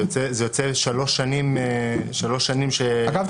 זה יוצא שלוש שנים ש --- אגב,